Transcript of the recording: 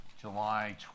July